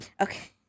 Okay